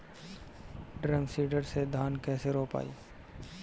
Drum seeder से धान कैसे रोपाई?